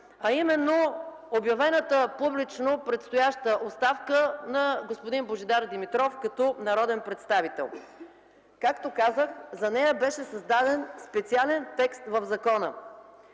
а именно обявената публично предстояща оставка на господин Божидар Димитров като народен представител. Както казах, за нея беше създаден специален текст в закона,